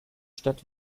stadt